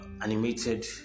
animated